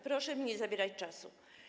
Proszę mi nie zabierać czasu.